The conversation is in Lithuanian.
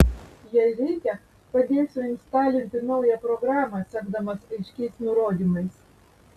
jei reikia padėsiu instalinti naują programą sekdamas aiškiais nurodymais